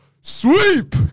Sweep